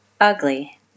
Ugly